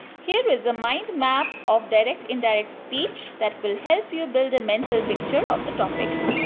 here is a mind map of direct indirect speech that will help you build a mental picture of the topic.